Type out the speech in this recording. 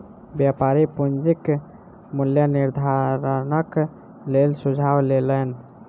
व्यापारी पूंजीक मूल्य निर्धारणक लेल सुझाव लेलैन